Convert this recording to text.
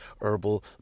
herbal